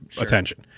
attention